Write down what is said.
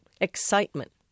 excitement